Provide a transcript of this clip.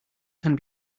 can